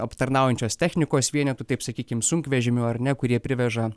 aptarnaujančios technikos vienetų taip sakykim sunkvežimių ar ne kurie priveža